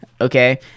Okay